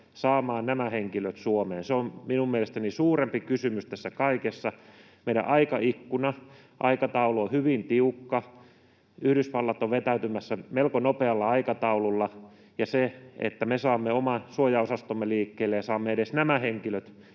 saamaan nämä henkilöt Suomeen. Se on minun mielestäni suurempi kysymys tässä kaikessa. Meidän aikaikkuna, aikataulu, on hyvin tiukka. Yhdysvallat on vetäytymässä melko nopealla aikataululla, ja se, että me saamme oman suojaosastomme liikkeelle ja saamme edes nämä henkilöt